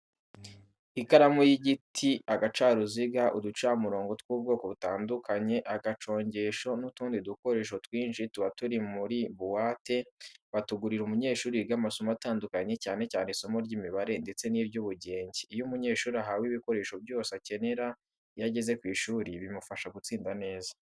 Ikaramu y'igiti, agacaruziga, uducamurongo tw'ubwoko butandukanye, agacongesho n'utundi dukoresho twinshi tuba turi muri buwate, batugurira umunyeshuri wiga amasomo atandukanye cyane cyane isomo ry'imibare ndetse n'iry'ubugenge. Iyo umunyeshuri ahawe ibikoresho byose akenera iyo ageze ku ishuri, bimufasha gutsinda neza.